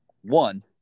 One